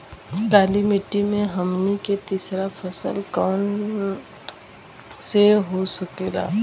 काली मिट्टी में हमनी के तीसरा फसल कवन हो सकेला?